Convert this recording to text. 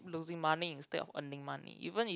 losing money instead of earning money even if